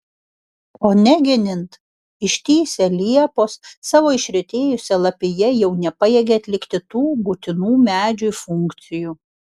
o negenint ištįsę liepos savo išretėjusia lapija jau nepajėgia atlikti tų būtinų medžiui funkcijų